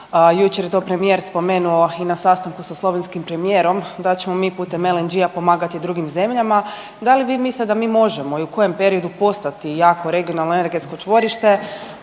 jučer je to premijer spomenuo i na sastanku sa slovenskim premijerom, da ćemo mi putem LNG-a pomagati drugim zemljama, da li vi mislite da vi možemo i u kojem periodu postati jako regionalno energetsko čvorište,